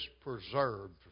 preserved